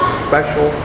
special